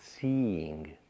seeing